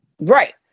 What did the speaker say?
Right